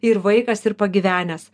ir vaikas ir pagyvenęs